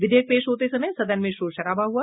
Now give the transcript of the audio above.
विधेयक पेश होते समय सदन में शोर शराबा हुआ